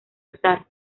usar